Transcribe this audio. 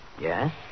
Yes